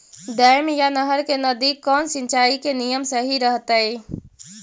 Dam या नहर के नजदीक कौन सिंचाई के नियम सही रहतैय?